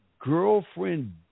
girlfriend